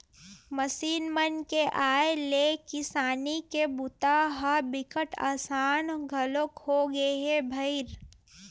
machine मन के आए ले किसानी के बूता ह बिकट असान घलोक होगे हे भईर